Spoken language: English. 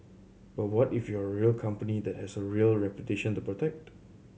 but what if you are a real company that has a real reputation to protect